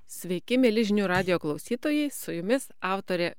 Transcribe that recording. sveiki mieli žinių radijo klausytojai su jumis autorė